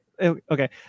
Okay